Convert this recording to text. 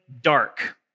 dark